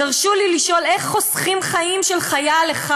תרשו לי לשאול, איך חוסכים חיים של חייל אחד?